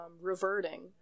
reverting